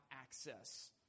access